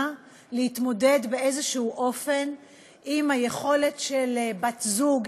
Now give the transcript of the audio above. להתמודד באיזשהו אופן עם היכולת של בת-זוג,